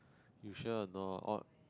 you sure or not odd